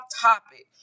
topic